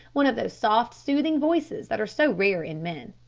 one of those soft soothing voices that are so rare in men.